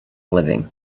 living